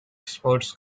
sports